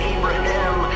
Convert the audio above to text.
Abraham